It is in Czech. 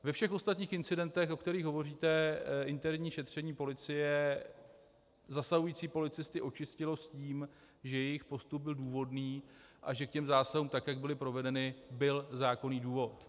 Ve všech ostatních incidentech, o kterých hovoříte, interní šetření policie zasahující policisty očistilo s tím, že jejich postup byl důvodný a že k těm zásahům, tak jak byly provedeny, byl zákonný důvod.